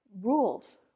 Rules